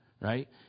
right